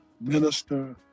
minister